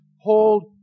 hold